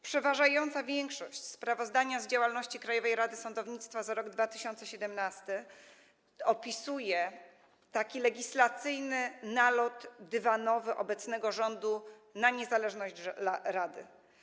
Przeważająca większość sprawozdania z działalności Krajowej Rady Sądownictwa w roku 2017 opisuje taki legislacyjny nalot dywanowy obecnego rządu na niezależność rady.